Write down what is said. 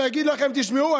ויגיד לכם: תשמעו,